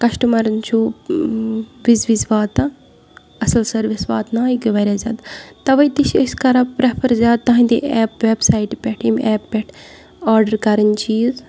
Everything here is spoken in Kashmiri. کَسٹمَرن چھُو وِزِ وِزِ واتان اَصٕل سٔروِس واتناوان یہِ گٔے واریاہ زیادٕ تَوے تہِ چھِ أسۍ کران پرٮ۪فر زیادٕ تُہندِ ایپ ویپ پٮ۪ٹھ ویب سایٹہِ پٮ۪ٹھ ییٚمہِ ایپِہ پٮ۪ٹھ آردڑ کَرٕنۍ چیٖز